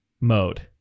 mode